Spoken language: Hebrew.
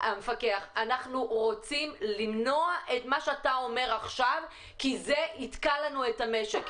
אנחנו רוצים למנוע את מה שאתה אומר עכשיו כי זה יתקע לנו את המשק.